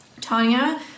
Tanya